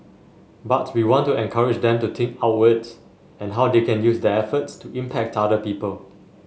but we want to encourage them to think outwards and how they can use their efforts to impact other people